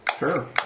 Sure